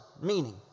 meaning